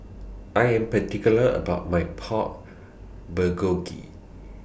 I Am particular about My Pork Bulgogi